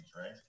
right